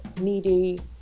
Needy